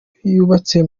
yubatse